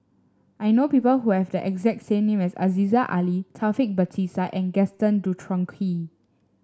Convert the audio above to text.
I know people who have the exact same name as Aziza Ali Taufik Batisah and Gaston Dutronquoy